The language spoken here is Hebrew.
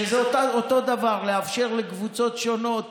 שזה אותו דבר לאפשר לקבוצות שונות